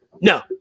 No